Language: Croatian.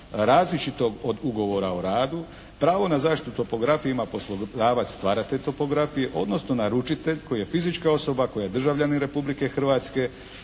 različitog od ugovora o radu, pravo na zaštitu topografije ima poslodavac stvaratelj topografije, odnosno naručitelj koji je fizička osoba, koji je državljanin Republike Hrvatske